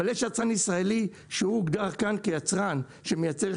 אבל יש יצרן ישראלי שהוא הוגדר כאן כיצרן שמייצר שמן